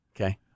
Okay